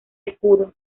escudo